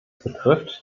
betrifft